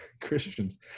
christians